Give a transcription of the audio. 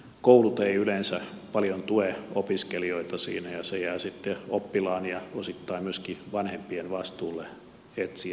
koulut eivät yleensä paljon tue opiskelijoita siinä ja se jää sitten oppilaan ja osittain myöskin vanhempien vastuulle etsiä se työssäoppimispaikka